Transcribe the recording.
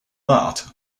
that